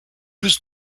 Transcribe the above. was